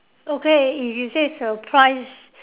okay if you say surprise